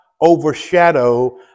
overshadow